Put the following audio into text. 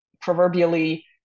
proverbially